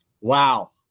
wow